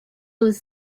was